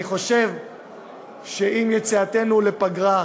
אני חושב שעם יציאתנו לפגרה,